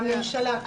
הממשלה.